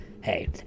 hey